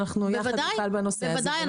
שיחד נטפל בנושא הזה ולא נאפשר -- בוודאי.